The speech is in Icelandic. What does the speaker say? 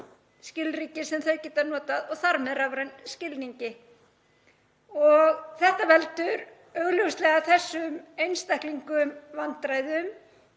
skilríki sem þau geta notað og þar með rafræn skilríki. Þetta veldur augljóslega þessum einstaklingum vandræðum